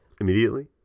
Immediately